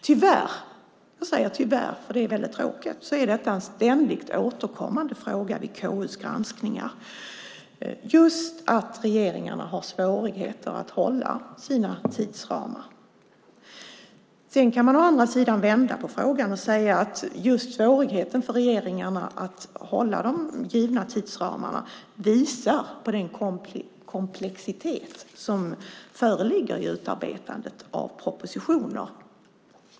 Tyvärr - jag säger tyvärr, för det är väldigt tråkigt - är det en ständigt återkommande fråga vid KU:s granskningar just att regeringarna har svårigheter att hålla sina tidsramar. Man kan å andra sidan vända på frågan och säga att just svårigheten för regeringarna att hålla de givna tidsramarna visar på den komplexitet som föreligger vid utarbetandet av propositioner.